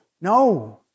No